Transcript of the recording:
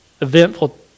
eventful